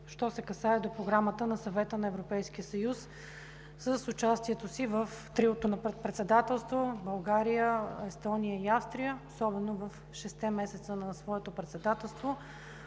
що се касае до Програмата на Съвета на Европейския съюз с участието си в Триото на Председателството – България, Естония и Австрия. Особено в шестте месеца на своето председателство